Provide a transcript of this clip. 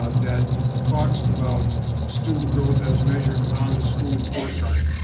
ah that talks about student growth as measured on the school report card.